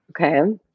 Okay